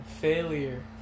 Failure